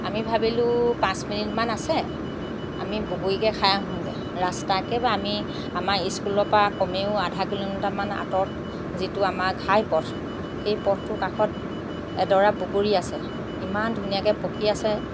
আমি ভাবিলোঁ পাঁচ মিনিটমান আছে আমি বগৰীকে খাই আহোঁগৈ ৰাস্তাৰ একেবাৰে আমি আমাৰ স্কুলৰ পৰা কমেও আধা কিলোমিটাৰ মান আঁতৰত যিটো আমাৰ ঘাই পথ সেই পথটোৰ কাষত এডৰা বগৰী আছে ইমান ধুনীয়াকৈ পকি আছে